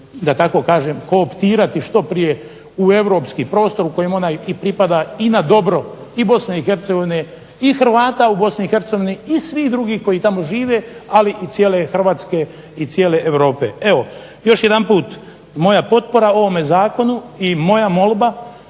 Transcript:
da tako kažem kooptirati što prije u europski prostor, u kojem ona i pripada i na dobro i Bosne i Hercegovine, i Hrvata u Bosni i Hercegovini i svih drugih koji tamo žive, ali i cijele Hrvatske i cijele Europe. Evo još jedanput moja potpora ovome zakonu i moja molba,